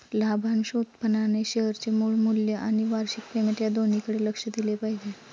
लाभांश उत्पन्नाने शेअरचे मूळ मूल्य आणि वार्षिक पेमेंट या दोन्हीकडे लक्ष दिले पाहिजे